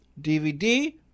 DVD